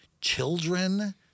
Children